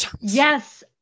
Yes